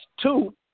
Two